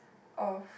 of